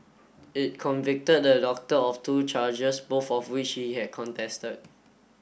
it convicted the doctor of two charges both of which he had contested